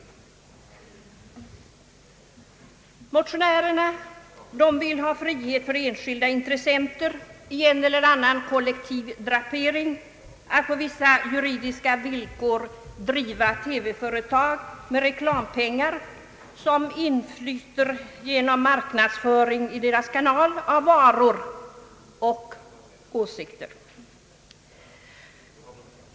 Motionärerna vill ha frihet för enskilda intressenter i en eller annan kollektiv drapering att på vissa juridiska villkor driva TV-företag med reklampengar som inflyter genom marknadsföring i deras kanal av varor och åsikter.